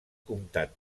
comtat